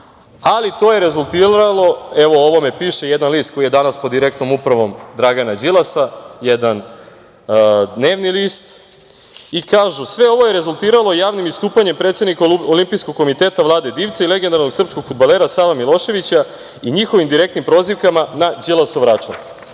to je rezultiralo, o ovome piše jedan list koji je danas pod direktnom upravom Dragana Đilasa, jedan dnevni list, i kažu: „Sve ovo je rezultiralo javnim istupanjem predsednika Olimpijskog komiteta Vlade Divca i legendarnog srpskog fudbalera Save Miloševića i njihovim direktnim prozivkama na Đilasov račun“.Vlade